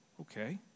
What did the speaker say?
okay